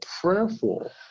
prayerful